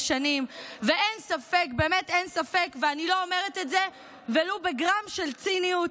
חברת הכנסת שרון ניר,